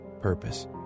purpose